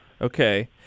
Okay